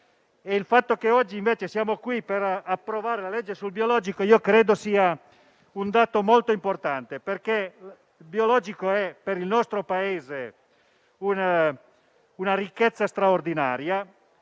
Il fatto che oggi invece siamo qui per approvare la legge sul biologico è un dato molto importante, perché il biologico è per il nostro Paese una ricchezza straordinaria.